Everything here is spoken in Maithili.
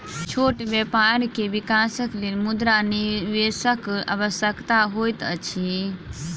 छोट व्यापार के विकासक लेल मुद्रा निवेशकक आवश्यकता होइत अछि